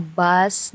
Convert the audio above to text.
bus